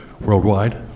worldwide